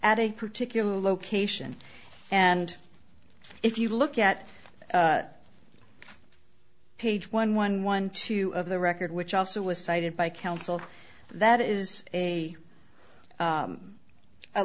at a particular location and if you look at page one one one two of the record which also was cited by counsel that is a